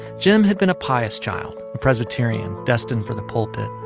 jim had been a pious child, a presbyterian destined for the pulpit.